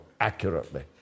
accurately